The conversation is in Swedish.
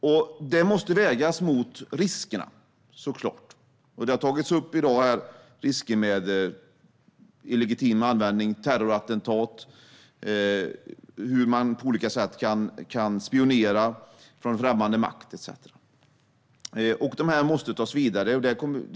Detta måste såklart vägas mot riskerna. Det har här i dag tagits upp risker med illegitim användning för terrorattentat, spionage från främmande makt etcetera.